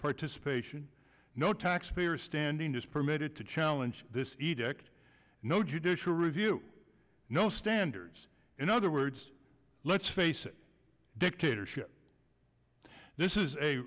participation no taxpayer standing is permitted to challenge this edict no judicial review no standards in other words let's face it dictatorship this is a